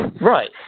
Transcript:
Right